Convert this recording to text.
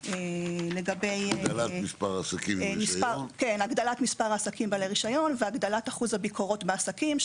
לגבי הגדלת מספר העסקים בעלי רישיון והגדלת אחוז הביקורות בעסקים,